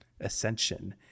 ascension